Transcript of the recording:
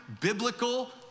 biblical